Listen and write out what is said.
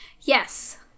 Yes